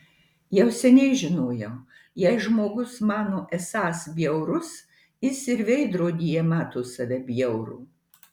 jau seniai žinojau jei žmogus mano esąs bjaurus jis ir veidrodyje mato save bjaurų